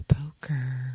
Poker